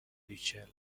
ریچل